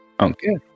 Okay